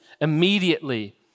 immediately